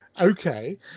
Okay